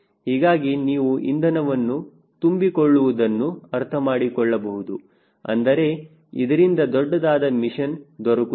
ಹೀಗಾಗಿ ನೀವು ಇಂಧನವನ್ನು ತುಂಬಿಕೊಳ್ಳುವುದನ್ನು ಅರ್ಥಮಾಡಿಕೊಳ್ಳಬಹುದು ಅಂದರೆ ಇದರಿಂದ ದೊಡ್ಡದಾದ ಮಿಷನ್ ದೊರಕುತ್ತದೆ